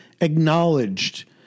acknowledged